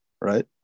right